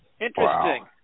Interesting